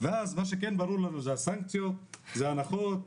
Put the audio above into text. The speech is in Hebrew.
ואז מה שכן ברור לנו זה הסנקציות, זה ההנחות.